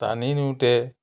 টানি নিওঁতে